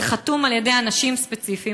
זה חתום על-ידי אנשים ספציפיים.